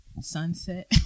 sunset